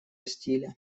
стиля